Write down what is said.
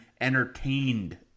entertained